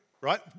right